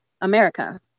America